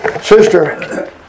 Sister